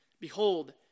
Behold